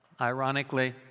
ironically